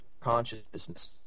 consciousness